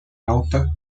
alta